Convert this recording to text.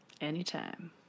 Anytime